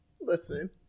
Listen